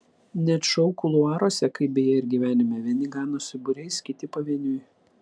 net šou kuluaruose kaip beje ir gyvenime vieni ganosi būriais kiti pavieniui